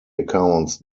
accounts